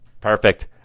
Perfect